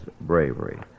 bravery